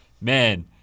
man